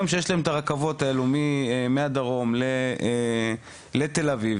היום כשיש להם את הרכבות האלה מהדרום לתל אביב,